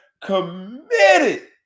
committed